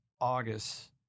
August